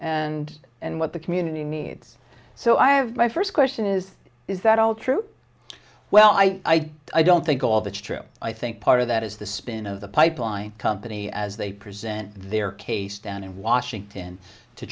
and and what the community needs so i have my first question is is that all true well i i don't think all that's true i think part of that is the spin of the pipeline company as they present their case down in washington to